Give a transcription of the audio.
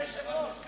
אדוני היושב-ראש,